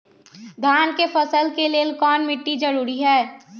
धान के फसल के लेल कौन मिट्टी जरूरी है?